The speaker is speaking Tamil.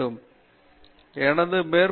பேராசிரியர் பிரதாப் ஹரிதாஸ் சரி